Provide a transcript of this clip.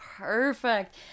perfect